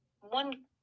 one